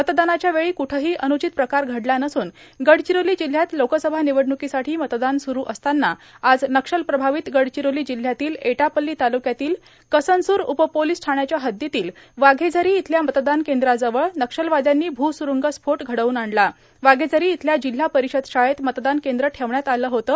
मतदानाच्या वेळी क्ठंही अन्चित प्रकार घडला नसून गडचिरोली जिल्ह्यात लोकसभा निवडण्कीसाठी मतदान स्रु असताना आज नक्षलप्रभावित गडचिरोली जिल्ह्यातील एटापल्ली तालुक्यातील कसनसूर उपपोलिस ठाण्याच्या हद्दीतील वाघेझरी इथल्या मतदान केंद्राजवळ नक्षलवाद्यांनी भूस्रुंगस्फोट घडवून आणला वाघेझरी इथल्या जिल्हा परिषद शाळेत मतदान केंद्र ठेवण्यात आलं होतं